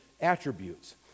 attributes